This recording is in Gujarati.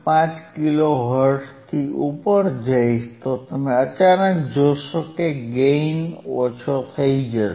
5 કિલો હર્ટ્ઝથી ઉપર જઈશ તો તમે અચાનક જોશો કે ગેઇન ઓછો થશે